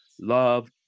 love